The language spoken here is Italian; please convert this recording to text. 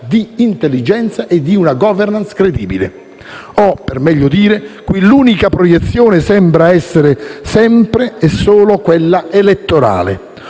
di intelligenza e di una *governance* credibile. O, per meglio dire, qui l'unica proiezione sembra essere sempre e solo quella elettorale.